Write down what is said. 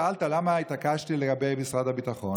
שאלת למה התעקשתי לגבי משרד הביטחון?